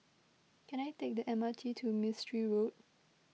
can I take the M R T to Mistri Road